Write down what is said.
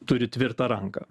turi tvirtą ranką